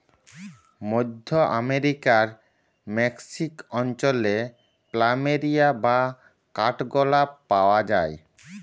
মধ্য আমরিকার মেক্সিক অঞ্চলে প্ল্যামেরিয়া বা কাঠগলাপ পাওয়া যায়